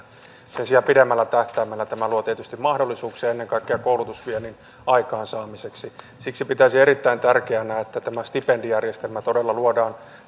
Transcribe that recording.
sen sijaan pidemmällä tähtäimellä tämä luo tietysti mahdollisuuksia ennen kaikkea koulutusviennin aikaansaamiseksi siksi pitäisin erittäin tärkeänä että tämä stipendijärjestelmä todella luodaan